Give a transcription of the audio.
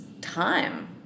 time